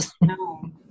No